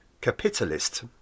capitalist